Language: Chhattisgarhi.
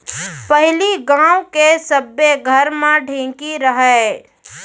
पहिली गांव के सब्बे घर म ढेंकी रहय